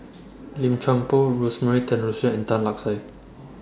Lim Chuan Poh Rosemary Tessensohn and Tan Lark Sye